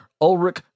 Ulrich